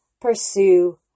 pursue